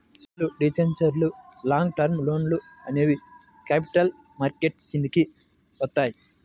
షేర్లు, డిబెంచర్లు, long term లోన్లు అనేవి క్యాపిటల్ మార్కెట్ కిందికి వత్తయ్యి